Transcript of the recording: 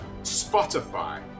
spotify